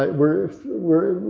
like we're we're,